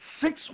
six